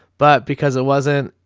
but because it wasn't,